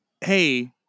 Hey